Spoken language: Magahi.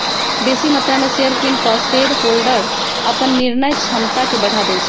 बेशी मत्रा में शेयर किन कऽ शेरहोल्डर अप्पन निर्णय क्षमता में बढ़ा देइ छै